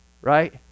right